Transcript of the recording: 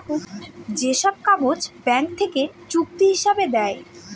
যে সব কাগজ ব্যাঙ্ক থেকে চুক্তি হিসাবে দেয়